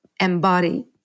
embody